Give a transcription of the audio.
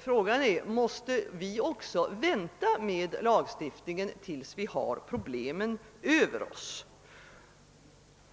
Frågan är: Måste vi också vänta med lagstiftning tills vi har problemen över oss?